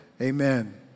amen